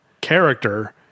character